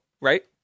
right